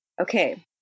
okay